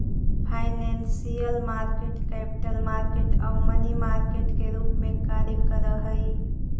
financial market capital market आउ money market के रूप में कार्य करऽ हइ